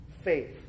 faith